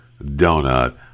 donut